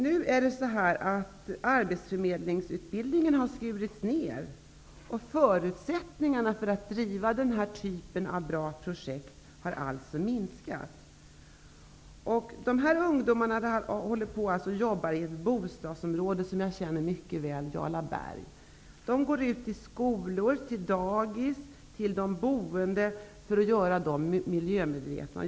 Nu har arbetsförmedlingsutbildningen skurits ned och förutsättningarna för att driva den här typen av bra projekt har alltså minskat. De här ungdomarna har hållit på att jobba i ett bostadsområde som jag känner mycket väl, Jarlaberg. De går ut till skolor, dagis och de boende för att göra dem miljömedvetna.